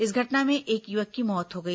इस घटना में एक युवक की मौत हो गई